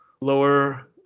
lower